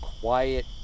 quiet